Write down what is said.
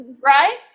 right